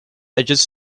edges